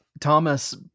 Thomas